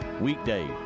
Weekday